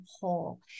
whole